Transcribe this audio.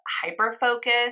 hyper-focus